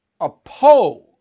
oppose